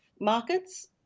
markets